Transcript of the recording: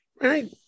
Right